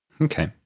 okay